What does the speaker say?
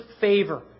favor